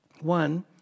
One